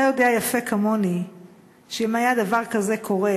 אתה יודע יפה כמוני שאם היה דבר כזה קורה,